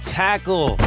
tackle